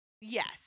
yes